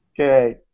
Okay